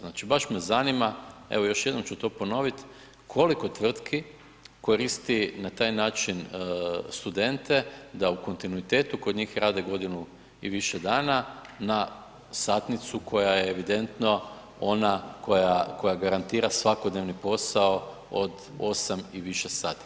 Znači baš me zanima, evo još jednom ću to ponoviti, koliko tvrtki koristi na taj način studente da u kontinuitetu kod njih rade godinu i više dana na satnicu koja je evidentno ona koja garantira svakodnevni posao od 8 i više sati.